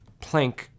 Planck